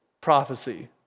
prophecy